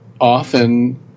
often